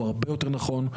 הוא הרבה יותר נכון.